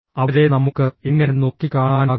അവരെ നമുക്ക് എങ്ങനെ നോക്കിക്കാണാനാകും